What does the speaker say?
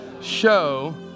show